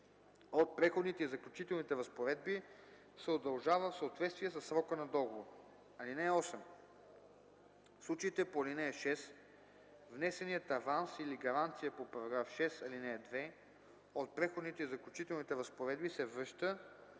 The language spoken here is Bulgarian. от Преходните и заключителните разпоредби се удължава в съответствие със срока на договора. (8) В случаите по ал. 6 внесеният аванс или гаранция по § 6, ал. 2 от Преходните и заключителните разпоредби се връща,